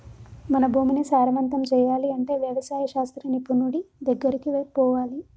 మన భూమిని సారవంతం చేయాలి అంటే వ్యవసాయ శాస్త్ర నిపుణుడి దెగ్గరికి పోవాలి